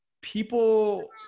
people